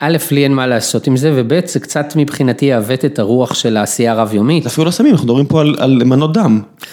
א', לי אין מה לעשות עם זה ו-ב', זה קצת מבחינתי יעוות את הרוח של העשייה הרב-יומית, זה אפילו לא סמים, אנחנו מדברים פה על מנות דם.